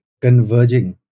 converging